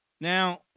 Now